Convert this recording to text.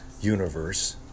universe